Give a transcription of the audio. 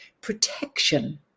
protection